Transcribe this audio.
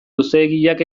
luzeegiak